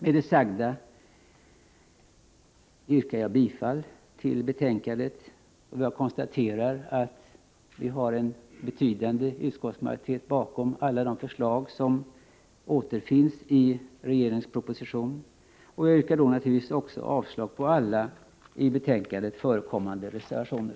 Med det sagda yrkar jag bifall till hemställan i betänkandet, och jag konstaterar att vi har en betydande utskottsmajoritet bakom alla de förslag som återfinns i regeringens proposition. Jag yrkar naturligtvis också avslag på alla i betänkandet förekommande reservationer.